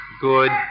good